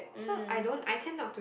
mm